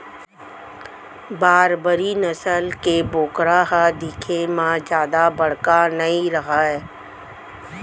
बारबरी नसल के बोकरा ह दिखे म जादा बड़का नइ रहय